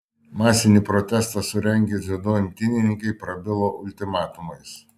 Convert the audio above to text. masinį protestą surengę dziudo imtynininkai prabilo ultimatumais